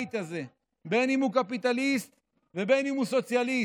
בבית הזה, בין שהוא קפיטליסט ובין שהוא סוציאליסט,